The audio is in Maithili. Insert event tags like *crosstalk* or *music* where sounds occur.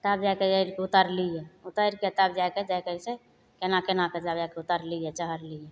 तब जा कऽ उतरलियै उतरिके तब जा के *unintelligible* केना केना कऽ तब जा कऽ उतरलियै चढ़लियै